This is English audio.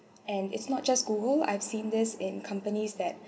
and it's not just google I've seen this in companies that